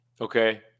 Okay